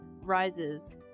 rises